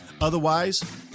otherwise